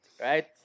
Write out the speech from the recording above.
Right